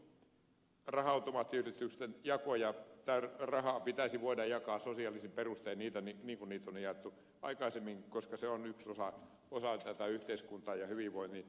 kuitenkin raha automaattiyhdistyksen rahaa pitäisi voida jakaa sosiaalisin perustein niin kuin niitä on jaettu aikaisemminkin koska se on yksi osa tätä yhteiskuntaa ja hyvinvoinnin tuottoa